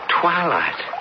twilight